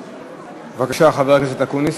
בבקשה, חבר הכנסת אקוניס.